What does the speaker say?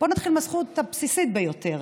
בואו נתחיל מהזכויות הבסיסיות ביותר: